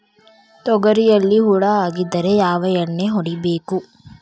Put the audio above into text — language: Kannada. ತೊಗರಿಯಲ್ಲಿ ಹುಳ ಆಗಿದ್ದರೆ ಯಾವ ಎಣ್ಣೆ ಹೊಡಿಬೇಕು?